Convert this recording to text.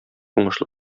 уңышлы